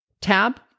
tab